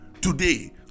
today